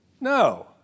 No